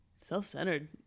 self-centered